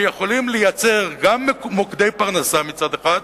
שיכולים לייצר גם מוקדי פרנסה, מצד אחד,